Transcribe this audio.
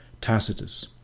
Tacitus